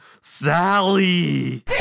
Sally